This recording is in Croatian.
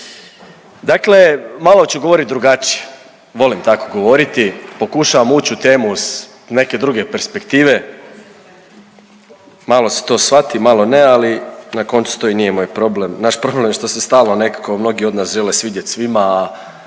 Dakle, malo ću govorit drugačije, volim tako govoriti, pokušavam uć u temu s neke druge perspektive, malo se to shvati, malo ne, ali na koncu to i nije moj problem. Naš problem je što se stalno nekako mnogi od nas žele svidjet svima,